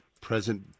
Present